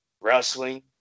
wrestling